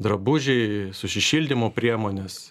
drabužiai susišildymo priemonės